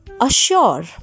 assure